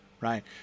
right